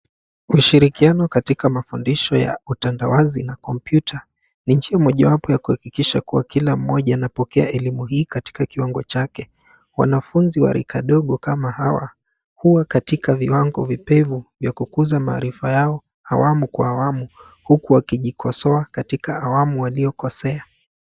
Ushirikiano katika mafundisho ya utendawazi na kompyuta ni njia mojawapo ya kuhakikisha kuwa kila mmoja anapokea elimu hii katika kiwango chake. Wanafunzi wa rika dogo kama hawa huwa katika viwango vipevu vya kukuza maarifa yao awamu kwa awamu, huku wakijikosea katika awamu waliokosea.